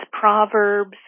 proverbs